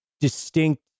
distinct